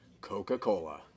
Coca-Cola